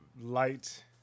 light